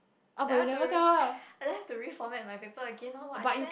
did I told you and then I have to reformat my paper again loh !wah! I spent